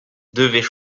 devaient